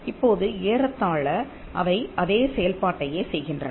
இப்போது ஏறத்தாழ அவை அதே செயல்பாட்டையே செய்கின்றன